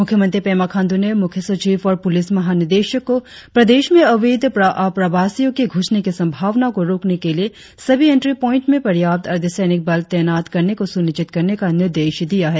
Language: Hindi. मुख्यमंत्री पेमा खांडू ने मुख्य सचिव और पुलिस महानिदेशक को प्रदेश में अवैध आप्रवासियों के घूसने की संभावना को रोकने के लिए सभी एंट्री पोईंट में पर्याप्त अर्ध सैनिक बल तैनात करने को सुनिश्चित करने का निर्देश दिया है